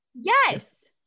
Yes